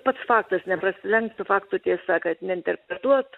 pats faktas neprasilenktų fakto tiesa kad neinterpretuot